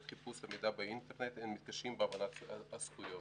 חיפוש המידע באינטרנט הם מתקשים בהבנת זכויותיהם.